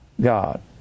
God